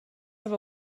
have